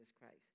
Christ